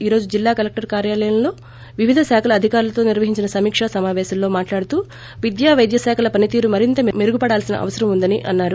ఈ రోజు జిల్లా కలెక్షర్ కార్యాలయంలో వివిధ శాఖల అధికారులతో నిర్వహించిన సమీకా సమాపేశంలో మాట్లాడుతూ విద్య వైద్య శాఖల పనితీరు మరింత మెరుగు పడాల్సిన అవసరం ఉందని అన్నారు